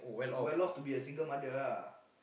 well off to be a single mother lah